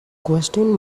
question